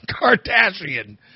Kardashian